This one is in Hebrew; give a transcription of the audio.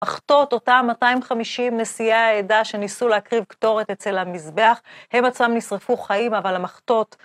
המחתות, אותם 250 נשיאי העדה שניסו להקריב קטורת אצל המזבח, הם עצמם נשרפו חיים, אבל המחתות...